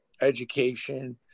education